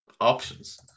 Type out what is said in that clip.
options